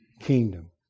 kingdom